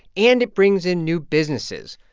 and it brings in new businesses.